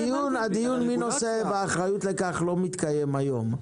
הדיון מי נושא באחריות לכך לא מתקיים היום,